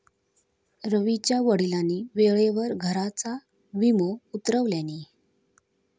रवीच्या वडिलांनी वेळेवर घराचा विमो उतरवल्यानी